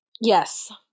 Yes